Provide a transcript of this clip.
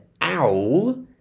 owl